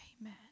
amen